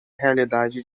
realidade